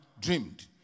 dreamed